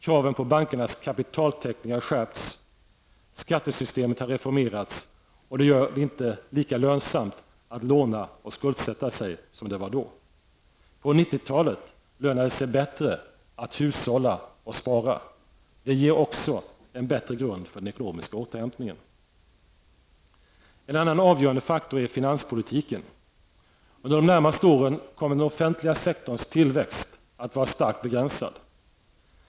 Kraven på bankernas kapitaltäckning har skärpts. Skattesystemet har reformerats, och det gör att det inte är lika lönsamt att låna och skuldsätta sig. På 90-talet lönar det sig bättre att hushålla och spara. Det ger också en bättre grund för den ekonomiska återhämtningen. En annan avgörande faktor är finanspolitiken. Under de närmaste åren kommer den offentliga sektorns tillväxt att vara starkt begränsad.